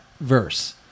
verse